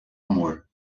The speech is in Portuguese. amor